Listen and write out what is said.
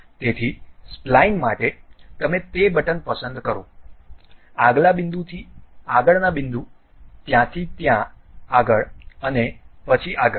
તેથી સ્પલાઇન માટે તમે તે બટન પસંદ કરો આગલા બિંદુથી આગળના બિંદુ ત્યાંથી ત્યાં આગળ અને પછી આગળ